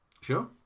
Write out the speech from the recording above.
Sure